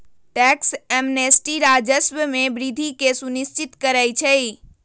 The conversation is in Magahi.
टैक्स एमनेस्टी राजस्व में वृद्धि के सुनिश्चित करइ छै